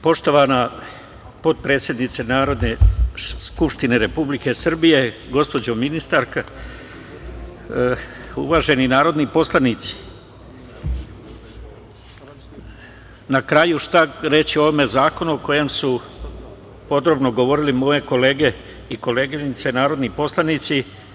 Poštovana potpredsednice Narodne skupštine Republike Srbije, gospođo ministarka, uvaženi narodni poslanici, na kraju šta reći o ovom zakonu o kojem su podrobno govorile moje kolege i koleginice narodni poslanici.